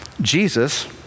Jesus